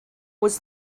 was